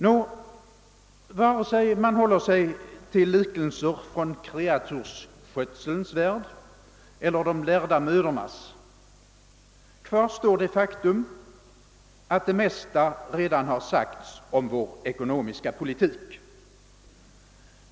Nå, vare sig man håller sig till liknelser från kreatursskötselns värld eller de lärda mödornas — kvar står att det mesta redan har sagts om vår ekonomiska politik.